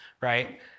right